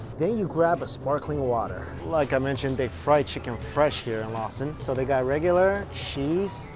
then you grab a sparkling water. like i mentioned, they fry chicken fresh here in lawson so they got regular, cheese,